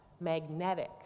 Magnetic